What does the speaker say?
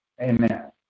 Amen